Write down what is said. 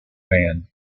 band